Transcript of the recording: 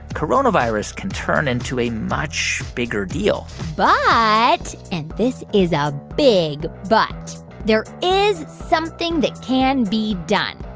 coronavirus can turn into a much bigger deal but and this is a big but there is something that can be done.